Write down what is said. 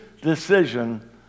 decision